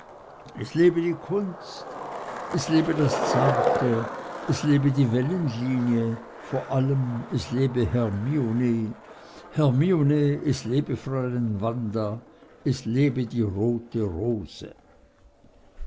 es lebe die kunst es lebe das zarte es lebe die wellenlinie vor allem es lebe hermine hermine es lebe fräulein wanda es lebe die rote rose